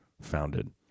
founded